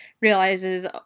realizes